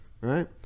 Right